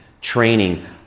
training